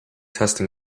testing